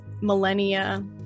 millennia